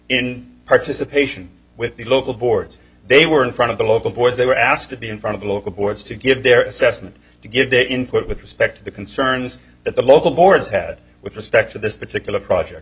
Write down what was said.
in participation with the local boards they were in front of the local boards they were asked to be in front of local boards to give their assessment to give their input with respect to the concerns that the local boards had with respect to this particular project